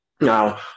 Now